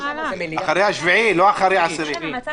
אחרי ה-7 באוקטובר, לא אחרי ה-10.